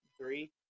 three